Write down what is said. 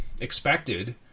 expected